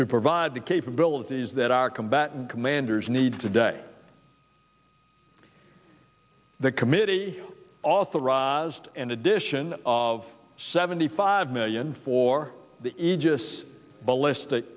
to provide the capabilities that our combatant commanders need today the committee authorized and addition of seventy five million for the aegis ballistic